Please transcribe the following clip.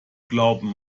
glauben